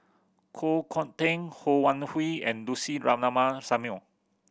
Koh Hong Teng Ho Wan Hui and Lucy Ratnammah Samuel